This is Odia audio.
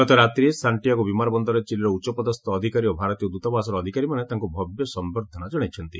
ଗତ ରାତିରେ ସାକ୍ଷିଆଗୋ ବିମାନ ବନ୍ଦରରେ ଚିଲିର ଉଚ୍ଚପଦସ୍ଥ ଅଧିକାରୀ ଓ ଭାରତୀୟ ଦୂତାବାସର ଅଧିକାରୀମାନେ ତାଙ୍କୁ ଭବ୍ୟ ସମ୍ଭର୍ଦ୍ଧନା ଜଣାଇଛନ୍ତି